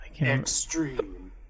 Extreme